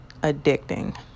addicting